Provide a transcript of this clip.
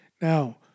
Now